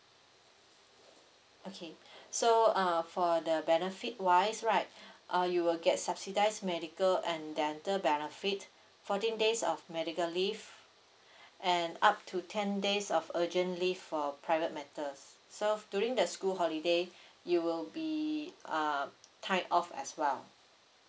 okay so uh for the benefit wise right uh you will get subsidized medical and dental benefit fourteen days of medical leave and up to ten days of urgent leave for private matters so during the school holiday you will be uh time off as well